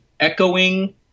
echoing